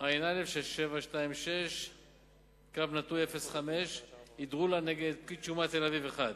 ע"א 6726/05 הידרולה נגד פ"ש ת"א 1,